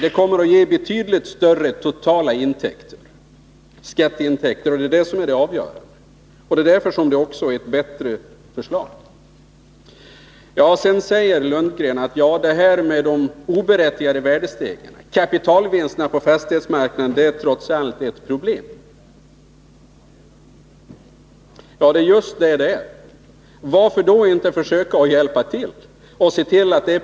Det kommer att ge betydligt större totala skatteintäkter, och det är det som är det avgörande. Det är därför som det också är ett bättre förslag. Sedan talar Bo Lundgren om de oberättigade värdestegringarna och att kapitalvinsterna på fastighetsmarknaden trots allt är ett problem. Ja, det är just det de är. Varför då inte försöka att hjälpa till att få det problemet åtgärdat?